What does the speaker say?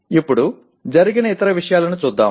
ఇప్పుడు జరిగిన ఇతర విషయాలను చూద్దాం